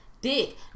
dick